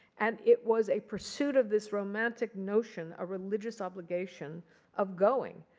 and it was a pursuit of this romantic notion, a religious obligation of going.